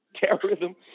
terrorism